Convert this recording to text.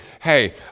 hey